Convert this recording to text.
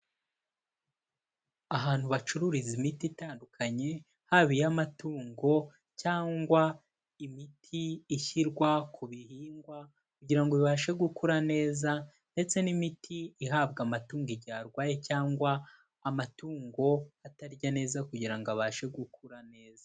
Ahantu bacururiza imiti itandukanye haba iy'amatungo cyangwa imiti ishyirwa ku bihingwa, kugira bibashe gukura neza ndetse n'imiti ihabwa amatungo igihe arwaye cyangwa amatungo atarya neza kugira ngo abashe gukura neza.